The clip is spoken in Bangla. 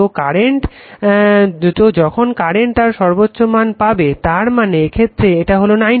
তো যখন কারেন্ট তার সর্বোচ্চ মান পাবে তার মানে এক্ষেত্রে এটা 90°